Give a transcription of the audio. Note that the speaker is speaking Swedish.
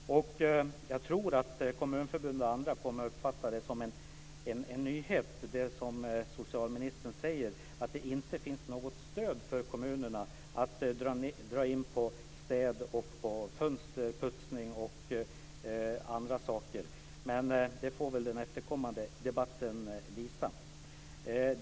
Jag tror att Kommunförbundet och andra aktörer kommer att uppfatta det som en nyhet när socialministern säger att det inte finns något stöd för kommunerna att dra in på städning, fönsterputsning o.d. Men det får väl den efterföljande debatten visa.